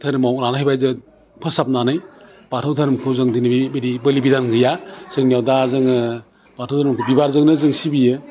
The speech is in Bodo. दोहोरोमाव लानायबाय जों फोसाबनानै बाथौ दोरोमखौ जों दिनै बिदि बोलि बिदान गैया जोंनियाव दा जोङो बाथौ दोहोरोमखौ बिबारजोंनो जों सिबियो